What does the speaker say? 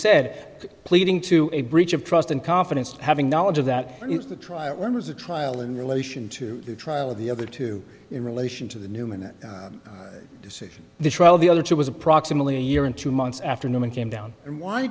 said pleading to a breach of trust and confidence having knowledge of that the trial run was a trial in relation to the trial the other two in relation to the numinous decision the trial the other two was approximately a year and two months after newman came down and why